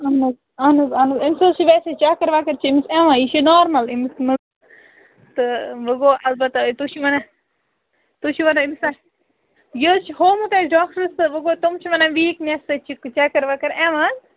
اَہَن حظ اَہَن حظ اَہَن حظ أمِس حظ چھِ ویسے چَکَر وَکَر چھِ أمِس یِوان یہِ چھُ نارمَل أمِس منٛز تہٕ وۅنۍ گوٚو البتہٕ تُہۍ چھِ وَنان تُہۍ چھِو ونان أمِس آسہِ یہِ حظ چھُ ہوومُت اَسہِ ڈاکٹرَس تہٕ وۅنۍ گوٚو تِم چھِ وَنان ویٖکنیس سۭتۍ چھِ چَکَر وَکَر یِوان